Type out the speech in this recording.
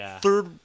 third